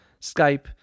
Skype